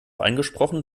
angesprochen